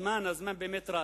הזמן באמת רץ.